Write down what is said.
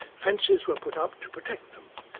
fences were put up to protect them,